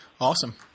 Awesome